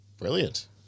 Brilliant